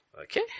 Okay